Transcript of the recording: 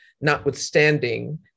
notwithstanding